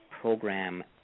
program